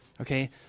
okay